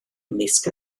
ymysg